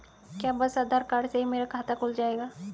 क्या बस आधार कार्ड से ही मेरा खाता खुल जाएगा?